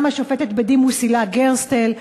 גם השופטת בדימוס הילה גרסטל,